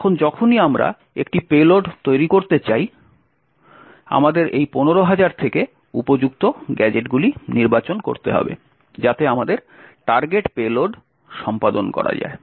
এখন যখনই আমরা একটি পেলোড তৈরি করতে চাই আমাদের এই 15000 থেকে উপযুক্ত গ্যাজেটগুলি নির্বাচন করতে হবে যাতে আমাদের টার্গেট পেলোড সম্পাদন করা যায়